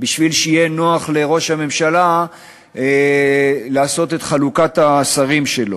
כדי שיהיה נוח לראש הממשלה לעשות את חלוקת השרים שלו,